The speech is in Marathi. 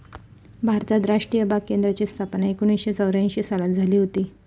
भारतात राष्ट्रीय बाग केंद्राची स्थापना एकोणीसशे चौऱ्यांशी सालात झाली हुती